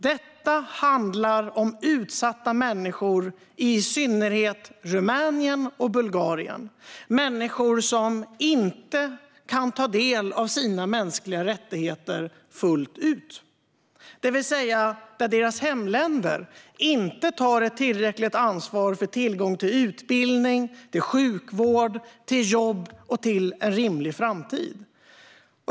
Detta handlar om utsatta människor, i synnerhet från Rumänien och Bulgarien, som inte fullt ut kan ta del av sina mänskliga rättigheter, det vill säga deras hemländer tar inte ett tillräckligt ansvar för tillgången till utbildning, sjukvård och jobb som kan ge en rimlig framtid.